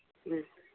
ꯎꯝ